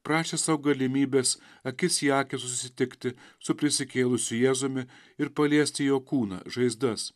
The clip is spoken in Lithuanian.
prašė sau galimybės akis į akį susitikti su prisikėlusiu jėzumi ir paliesti jo kūną žaizdas